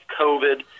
COVID